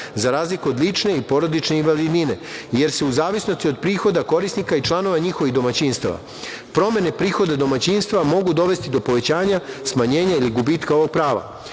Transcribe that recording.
za razliku od lične i porodične invalidnine, jer se u zavisnosti od prihoda korisnika i članova njihovih domaćinstava. Promene prihoda domaćinstva mogu dovesti do povećanja, smanjenja ili gubitka ovog prava.